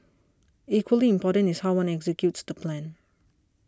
equally important is how one executes the plan